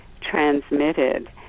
transmitted